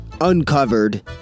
uncovered